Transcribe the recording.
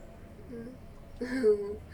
mm